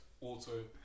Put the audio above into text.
auto